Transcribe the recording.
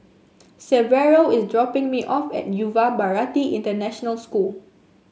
Severo is dropping me off at Yuva Bharati International School